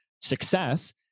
success